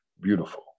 Beautiful